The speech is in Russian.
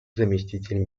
заместитель